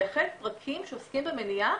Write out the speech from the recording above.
לייחד פרקים שעוסקים במניעה,